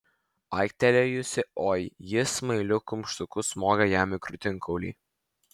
aiktelėjusi oi ji smailiu kumštuku smogė jam į krūtinkaulį